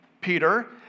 Peter